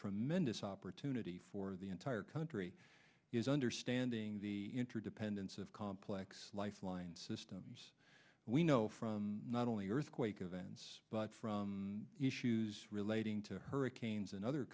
tremendous opportunity for the entire country is understanding the interdependence of complex life line systems we know from not only earthquake events but from issues relating to hurricanes and other